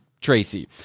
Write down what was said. Tracy